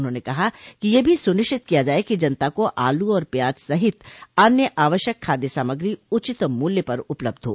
उन्होंने कहा कि यह भी सुनिश्चित किया जाये कि जनता को आलू और प्याज सहित अन्य आवश्यक खाद्य सामग्री उचित मूल्य पर उपलब्ध हो